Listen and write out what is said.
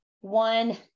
one